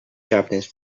japanese